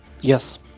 Yes